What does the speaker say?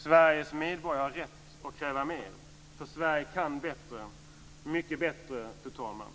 Sveriges medborgare har rätt att kräva mer, för Sverige kan bättre - mycket bättre, fru talman.